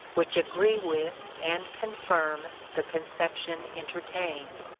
which agree with and confirm the conception entertained.